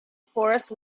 forest